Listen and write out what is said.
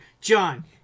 john